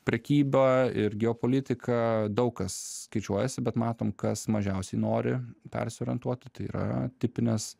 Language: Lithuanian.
prekyba ir geopolitika daug kas skaičiuojasi bet matom kas mažiausiai nori persiorientuoti tai yra tipinės